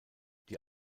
die